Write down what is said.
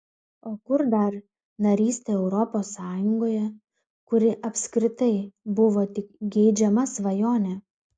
o kur dar narystė europos sąjungoje kuri apskritai buvo tik geidžiama svajonė